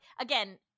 again